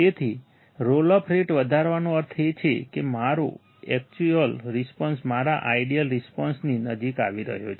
તેથી roll off rate વધારવાનો અર્થ એ છે કે મારો એક્ચ્યુઅલ રિસ્પોન્સ મારા આઈડિઅલ રિસ્પોન્સની નજીક આવી રહ્યો છે